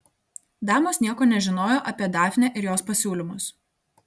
damos nieko nežinojo apie dafnę ir jos pasiūlymus